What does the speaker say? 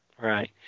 Right